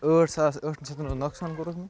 ٲٹھ ساس ٲٹھَن شیٚتَن ہُنٛد نۄقصان کوٚرُکھ مےٚ